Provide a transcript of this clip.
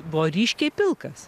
buvo ryškiai pilkas